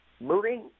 moving